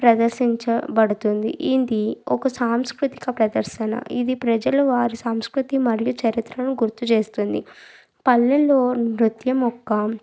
ప్రదర్శించబడుతుంది ఇది ఒక సాంస్కృతిక ప్రదర్శన ఇది ప్రజలు వారు సంస్కృతి మరియు చరిత్రను గుర్తుచేస్తుంది పల్లెల్లో నృత్యం యొక్క